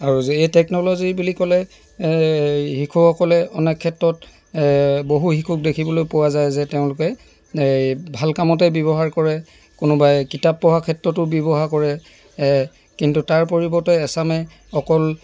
আৰু যে এই টেকন'ল'জী বুলি ক'লে এই শিশুসকলে অনেক ক্ষেত্ৰত বহুত শিশুক দেখিবলৈ পোৱা যায় যে তেওঁলোকে এই ভাল কামতে ব্যৱহাৰ কৰে কোনোবাই কিতাপ পঢ়া ক্ষেত্ৰতো ব্যৱহাৰ কৰে কিন্তু তাৰ পৰিৱৰ্তে এচামে অকল